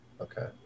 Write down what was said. okay